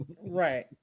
Right